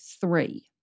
three